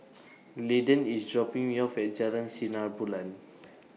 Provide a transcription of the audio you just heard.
Landen IS dropping Me off At Jalan Sinar Bulan